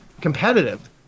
competitive